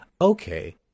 Okay